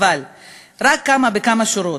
אבל רק בכמה שורות: